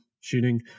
shooting